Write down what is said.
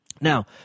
Now